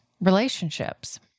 relationships